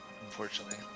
unfortunately